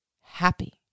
happy